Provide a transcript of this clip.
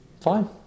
Fine